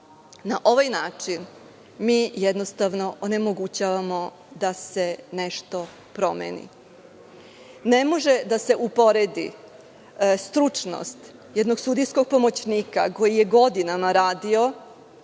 Na ovaj način mi, jednostavno, onemogućavamo da se nešto promeni. Ne može da se uporedi stručnost jednog sudijskog pomoćnika, koji je godinama radio